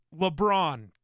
LeBron